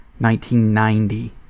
1990